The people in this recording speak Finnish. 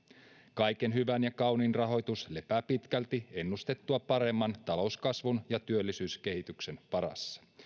kaiken hyvän ja kauniin rahoitus lepää pitkälti ennustettua paremman talouskasvun ja työllisyyskehityksen varassa